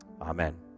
Amen